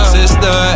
sister